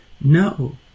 No